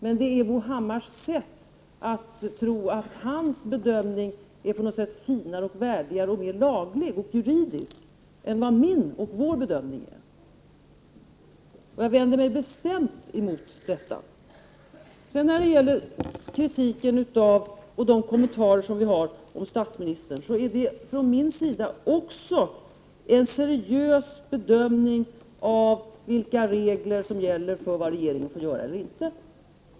Men det är Bo Hammars sätt att tro att hans bedömning är på något sätt finare och värdigare och mer juridisk än vad min och vår bedömning är. Jag vänder mig bestämt mot detta. När det sedan gäller kritiken och de kommentarer som vi har om statsministern så är det från min sida också fråga om en seriös bedömning av vilka regler som gäller för vad regeringen får göra eller inte får göra.